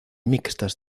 mixtas